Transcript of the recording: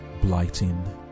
Blighting